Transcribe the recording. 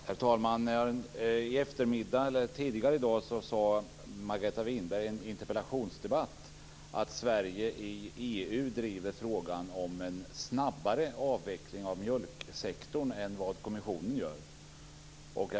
Herr talman! Tidigare i dag sade Margareta Winberg i en interpellationsdebatt att Sverige i EU driver frågan om en snabbare avveckling av mjölksektorn än vad kommissionen gör.